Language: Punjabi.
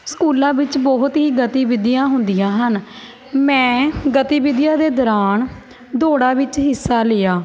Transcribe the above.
ਸਕੂਲਾਂ ਵਿੱਚ ਬਹੁਤ ਹੀ ਗਤੀਵਿਧੀਆਂ ਹੁੰਦੀਆਂ ਹਨ ਮੈਂ ਗਤੀਵਿਧੀਆਂ ਦੇ ਦੌਰਾਨ ਦੌੜਾਂ ਵਿੱਚ ਹਿੱਸਾ ਲਿਆ